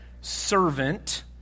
servant